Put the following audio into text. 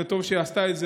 וטוב שהיא עשתה את זה,